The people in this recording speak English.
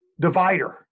divider